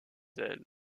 elle